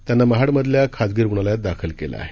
त्यांना महाडमधल्या खासगी रुग्णालयात दाखल केलं आहे